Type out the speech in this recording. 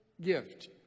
gift